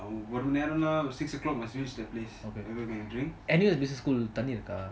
ஒருமநேரம்னா:orumaneramna six o'clock must use the place then we can drink